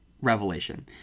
revelation